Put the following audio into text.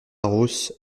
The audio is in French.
rosse